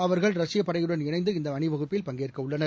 அவர்கள் ரஷ்யப் படையுடன் இணைந்து இந்த அணிவகுப்பில் பஙகேற்கவுள்ளனர்